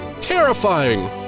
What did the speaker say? Terrifying